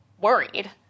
worried